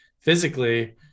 physically